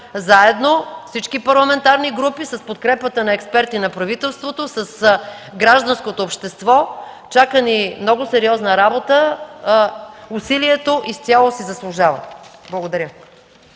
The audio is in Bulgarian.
заедно – всички парламентарни групи, с подкрепата на експерти на правителството, с гражданското общество. Чака ни много сериозна работа. Усилието изцяло си заслужава. Благодаря.